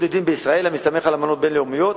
לדין בישראל המסתמך על אמנות בין-לאומיות,